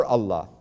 Allah